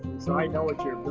so i know what you're but